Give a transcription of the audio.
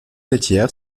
laitière